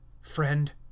friend